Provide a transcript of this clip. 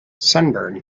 sunburn